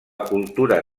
cultura